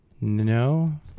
No